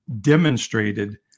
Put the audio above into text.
demonstrated